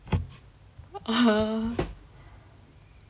oh